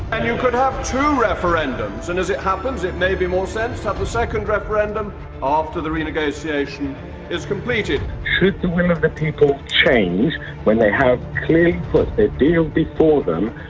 and you could have two referendums and as it happens, it may be more sense to have the second referendum after the renegotiation is completed. should the will of the people change when they have clearly put the deal before them,